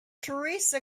theresa